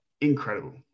incredible